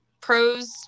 pros